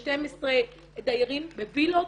12 דיירים בוילות,